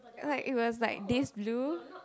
ya like it was like this blue